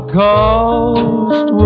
cost